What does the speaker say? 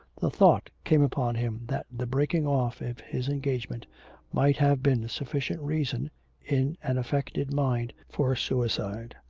the thought came upon him that the breaking off of his engagement might have been sufficient reason in an affected mind for suicide.